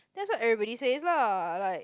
that's what everybody says lah like